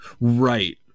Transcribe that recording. Right